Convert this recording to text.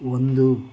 ಒಂದು